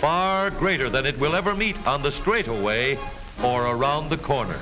far greater than it will ever meet on the street away for a round the corner